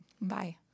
Bye